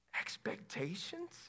Expectations